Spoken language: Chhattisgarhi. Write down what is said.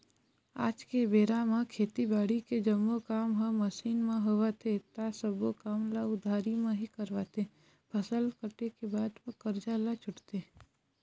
आज के बेरा म खेती बाड़ी के जम्मो काम ह मसीन म होवत हे ता सब्बो काम ल उधारी म ही करवाथे, फसल कटे के बाद म करजा ल छूटथे